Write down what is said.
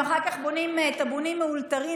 הם אחר כך בונים טאבונים מאולתרים,